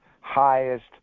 highest